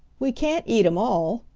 we can't eat em all,